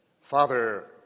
Father